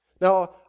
Now